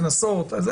הקנסות.